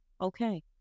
okay